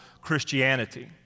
Christianity